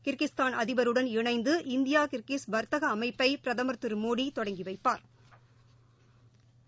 Kyrgyzstan அதிபருடன் இணைந்து India Kyrgyz வர்த்தக அமைப்பை பிரதமர் திரு மோடி தொடங்கி வைப்பாா்